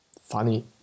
funny